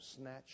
snatched